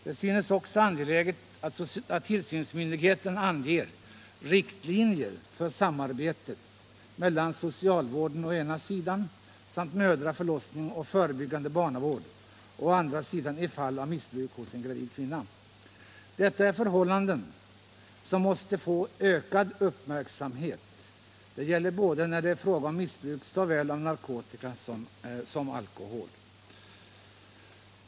Det synes också angeläget att tillsynsmyndigheten anger riktlinjer för samarbetet mellan socialvården å ena sidan samt mödravård, förlossningsvård och förebyggande barnavård å andra sidan i fall av missbruk hos en gravid kvinna.” Detta är förhållanden som måste få ökad uppmärksamhet; det gäller både när det är fråga om missbruk av narkotika och när det är fråga om missbruk av alkohol.